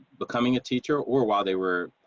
becoming a teacher or while they were